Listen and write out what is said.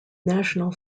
national